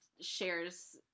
shares